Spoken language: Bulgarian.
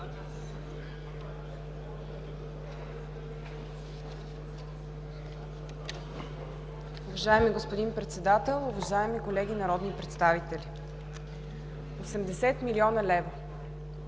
Уважаеми господин Председател, уважаеми колеги народни представители! Гласувах